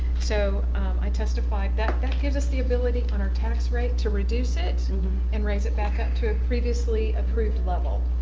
so i testified. that that gives us the ability on our tax rate to reduce it and raise it back up to a previously approved level.